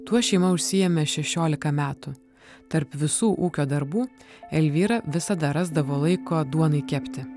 tuo šeima užsiėmė šešiolika metų tarp visų ūkio darbų elvyra visada rasdavo laiko duonai kepti